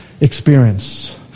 experience